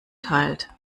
teilt